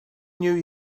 new